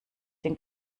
den